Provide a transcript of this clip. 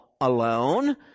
alone